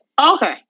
Okay